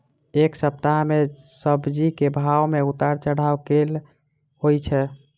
एक सप्ताह मे सब्जी केँ भाव मे उतार चढ़ाब केल होइ छै?